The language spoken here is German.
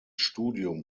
studium